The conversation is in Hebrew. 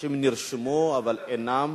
אנשים אבל הם אינם.